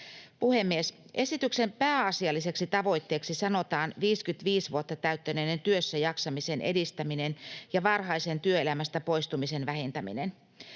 Puhemies! Esityksen pääasialliseksi tavoitteeksi sanotaan 55 vuotta täyttäneiden työssäjaksamisen edistäminen ja varhaisen työelämästä poistumisen vähentäminen.